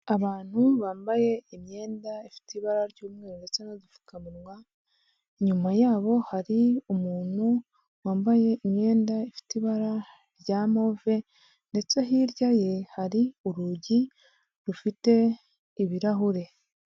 Abantu bambaye imyenda ifite ibara ry'umweru ndetse n'udupfukamunwa, inyuma yabo hari umuntu wambaye imyenda ifite ibara rya move, ndetse hirya ye hari urugi rufite ibirahure.